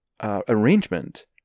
arrangement